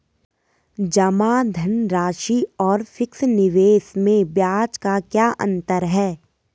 जमा धनराशि और फिक्स निवेश में ब्याज का क्या अंतर है?